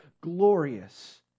glorious